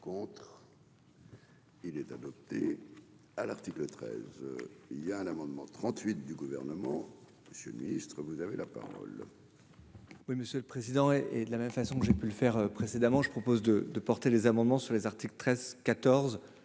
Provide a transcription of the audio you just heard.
pour. Il est adopté à l'article 13 il y a un amendement trente-huit du gouvernement, Monsieur le Ministre, vous avez la parole. Oui, monsieur le président, et de la même façon que j'ai pu le faire précédemment, je propose de de porter les amendements sur les articles 13 14